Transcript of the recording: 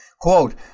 Quote